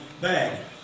bag